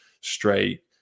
straight